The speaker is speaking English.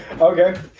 Okay